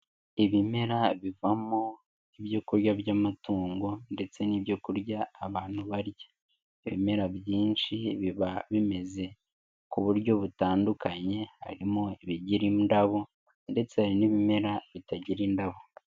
Ibimera bivamo ibyo kurya by'amatungo ndetse n'ibyo kurya abantu barya. Ibimera byinshi biba bimeze ku buryo butandukanye harimo ibigira indabo ndetse hari n'ibimera bitagira indabo.